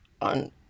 on